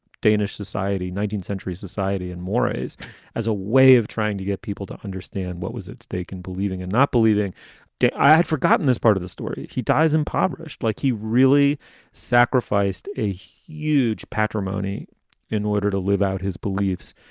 danish society, nineteenth century society and mores as a way of trying to get people to understand what was at stake and believing and not believing that i had forgotten this part of the story. he dies, impoverished, like he really sacrificed a huge patrimony in order to live out his beliefs.